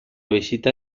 visita